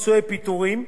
בהתחשב בהם,